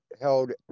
held